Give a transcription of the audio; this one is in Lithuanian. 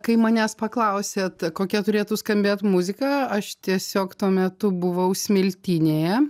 kai manęs paklausėt kokia turėtų skambėt muzika aš tiesiog tuo metu buvau smiltynėje